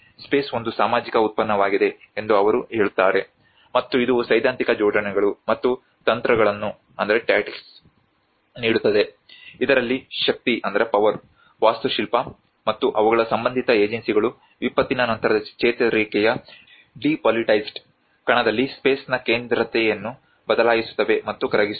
space ಒಂದು ಸಾಮಾಜಿಕ ಉತ್ಪನ್ನವಾಗಿದೆ ಎಂದು ಅವರು ಹೇಳುತ್ತಾರೆ ಮತ್ತು ಇದು ಸೈದ್ಧಾಂತಿಕ ಜೋಡಣೆಗಳು ಮತ್ತು ತಂತ್ರಗಳನ್ನು ನೀಡುತ್ತದೆ ಇದರಲ್ಲಿ ಶಕ್ತಿ ವಾಸ್ತುಶಿಲ್ಪ ಮತ್ತು ಅವುಗಳ ಸಂಬಂಧಿತ ಏಜೆನ್ಸಿಗಳು ವಿಪತ್ತಿನ ನಂತರದ ಚೇತರಿಕೆಯ ಡಿಪೋಲಿಟಿಕೈಸ್ಡ್ ಕಣದಲ್ಲಿ ಸ್ಪೇಸ್ನ ಕೇಂದ್ರತೆಯನ್ನು ಬದಲಾಯಿಸುತ್ತವೆ ಮತ್ತು ಕರಗಿಸುತ್ತವೆ